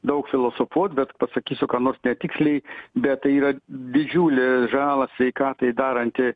daug filosofuot bet pasakysiu ką nors netiksliai bet tai yra didžiulę žalą sveikatai daranti